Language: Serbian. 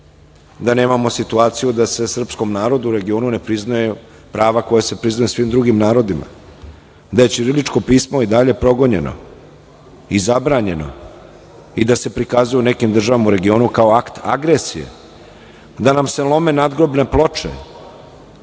Da, nemamo situaciju da se srpskom narodu u regionu ne priznaje prava koja se priznaju svim drugim narodima, da je ćirilično pismo i dalje progonjeno i zabranjeno i da se prikazuje u nekim državama u regionu kao akt agresije, da nam se lome nadgrobne ploče.